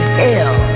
hell